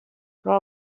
però